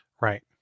Right